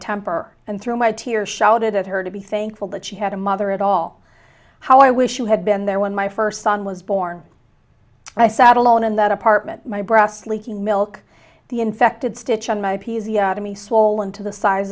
temper and through my tears shouted at her to be thankful that she had a mother at all how i wish you had been there when my first son was born i sat alone in that apartment my breasts leaking milk the infected stitch on my p c to me s